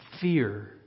fear